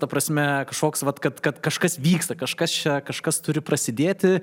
ta prasme kažkoks vat kad kad kažkas vyksta kažkas čia kažkas turi prasidėti